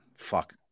fuck